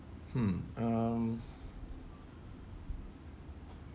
hmm um